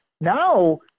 now